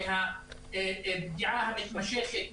מהפגיעה המתמשכת,